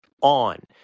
on